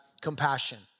compassion